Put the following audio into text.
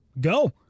go